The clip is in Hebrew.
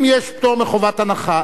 אם יש פטור מחובת הנחה,